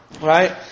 Right